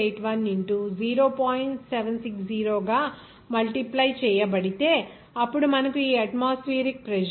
760 గా మల్టిప్లై చేయబడితే అప్పుడు మనకు ఈ అట్మాస్ఫియరిక్ ప్రెజర్ 1